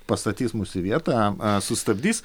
pastatys mus į vietą sustabdys